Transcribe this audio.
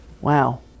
Wow